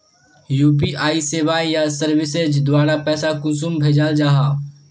UPI सेवाएँ या services द्वारा पैसा कुंसम भेजाल जाहा?